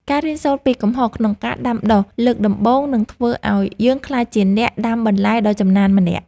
ការរៀនសូត្រពីកំហុសក្នុងការដាំដុះលើកដំបូងនឹងធ្វើឱ្យយើងក្លាយជាអ្នកដាំបន្លែដ៏ចំណានម្នាក់។